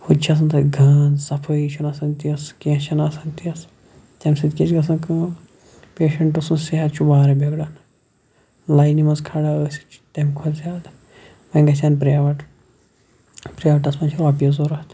ہوٚتہِ چھِ آسان تَتہِ گانٛد صفٲیی چھَ نہٕ آسان تِژھ کینٛہہ چھَ نہٕ آسان تِژھ تمہِ سۭتۍ کیاہ چھِ گَژھان کٲم پیشَنٹ سُنٛد صحت چھُ وارٕ بِگڑان لاینہِ مَنٛز کھَڑا ٲسِتھ تمہ کھوتہٕ زیادٕ وۄنۍ گَژھَن پرایوَٹ پرایوَٹَس مَنٛز چھِ رۄپیہِ ضوٚرَتھ